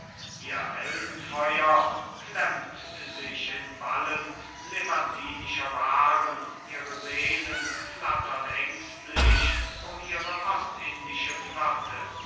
ihr heldenfeuer klemmt sich in ballen levantischer waren ihre seelen flattern ängstlich um ihre ostindische flotte